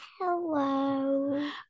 Hello